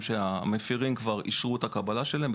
שהמפירים כבר אישרו את הקבלה שלהם,